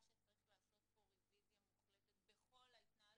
שצריך לעשות פה רביזיה מוחלטת בכל ההתנהלות.